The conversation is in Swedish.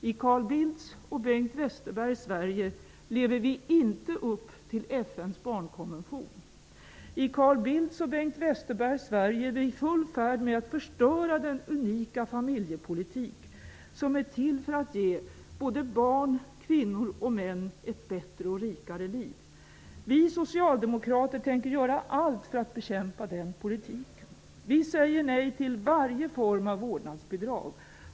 I Carl Bildts och Bengt Westerbergs Sverige lever vi inte upp till FN:s barnkonvention. I Carl Bildts och Bengt Westerbergs Sverige är man i full färd med att förstöra den unika familjepolitiken, som är till för att ge barn, kvinnor och män ett bättre och rikare liv. Vi socialdemokrater tänker göra allt för att bekämpa den politiken! Vi säger nej till varje form av vårdnadsbidrag!